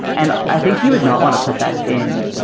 and i think you would not want to put that in.